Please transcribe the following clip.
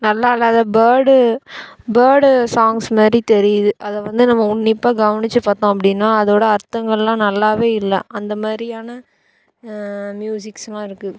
நல்லா இல்லாத bird bird songs மாதிரி தெரியுது அதை வந்து நம்ம உன்னிப்பாக கவனித்து பார்த்தோம் அப்படின்னா அதோடய அர்த்தங்கள்லாம் நல்லாவே இல்லை அந்த மாதிரியான மியூசிக்ஸ்லாம் இருக்குது